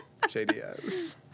JDS